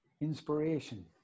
inspiration